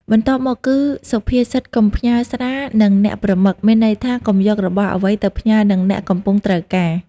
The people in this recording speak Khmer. បន្ទាប់មកគឺ សុភាសិតកុំផ្ញើស្រានិងអ្នកប្រមឹក មានន័យថា កុំយករបស់អ្វីទៅផ្ញើនឹងអ្នកកំពុងត្រូវការ ។